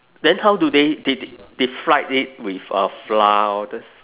then how do they they they fried it with uh flour all these